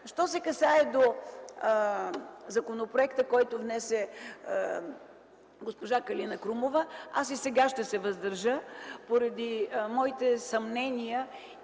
Що се касае до законопроекта, който внесе госпожа Калина Крумова – аз и сега ще се въздържа, поради моите съмнения